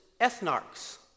ethnarchs